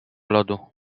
lodu